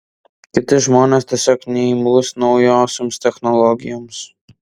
kiti žmonės tiesiog neimlūs naujosioms technologijoms